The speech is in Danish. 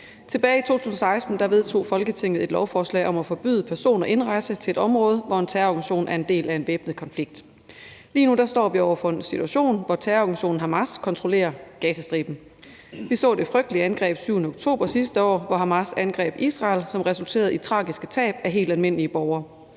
Tilbage i 2016 vedtog Folketinget et lovforslag om at forbyde personer indrejse til et område, hvor en terrororganisation er en del af en væbnet konflikt. Lige nu står vi over for en situation, hvor terrororganisationen Hamas kontrollerer Gazastriben. Vi så det frygtelige angreb den 7. oktober sidste år, hvor Hamas angreb Israel, hvilket resulterede i tragiske tab af helt almindelige borgere.